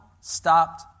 stopped